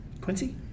Quincy